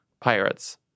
pirates